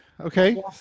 Okay